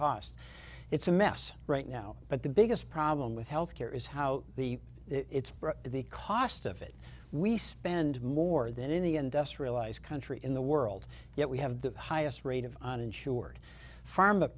cost it's a mess right now but the biggest problem with health care is how the it's the cost of it we spend more than any industrialized country in the world yet we have the highest rate of uninsured pharm